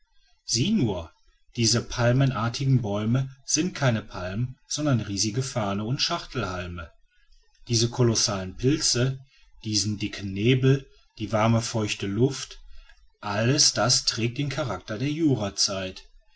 sieh nur diese palmenartigen bäume sind keine palmen sonder riesige farrne und schachtelhalme diese kolossalen pilze diese dicken nebel die warme feuchte luft alles das trägt den charakter der jurazeit